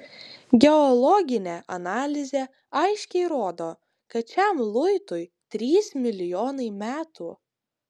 geologinė analizė aiškiai rodo kad šiam luitui trys milijonai metų